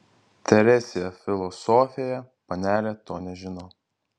teresėje filosofėje panelė to nežino